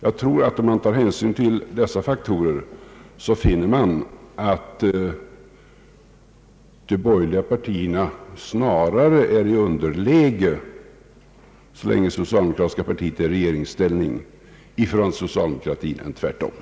Jag tror att man finner, om man tar hänsyn till dessa faktorer, att de borgerliga partierna snarare är i underläge i förhållande till socialdemokratin än tvärtom, så länge socialdemokratiska partiet är i regeringsställning.